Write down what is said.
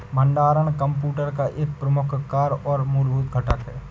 भंडारण कंप्यूटर का एक मुख्य कार्य और मूलभूत घटक है